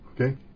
Okay